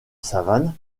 savanes